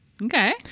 Okay